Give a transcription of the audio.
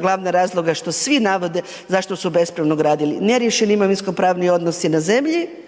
glavna razloga što svi navode zašto su bespravno gradili? Neriješeni imovinsko-pravni odnosi na zemlji.